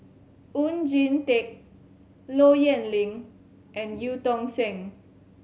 Oon Jin Teik Low Yen Ling and Eu Tong Sen